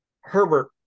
Herbert